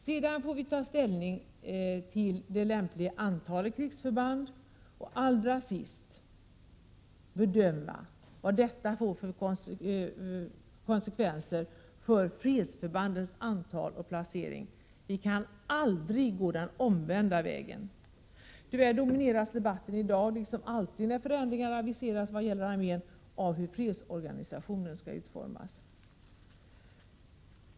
Sedan får vi ta ställning till antalet krigsförband och allra sist bedöma vilka konsekvenser detta kommer att få för fredsförbandens antal och placering. Vi kan aldrig gå den omvända vägen! Tyvärr domineras debatten i dag — liksom alltid när förändringar inom armén aviseras — av hur fredsorganisationen skall utformas.